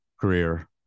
career